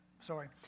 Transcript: sorry